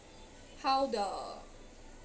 how the